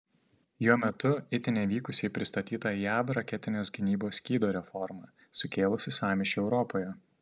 jo metu itin nevykusiai pristatyta jav raketinės gynybos skydo reforma sukėlusį sąmyšį europoje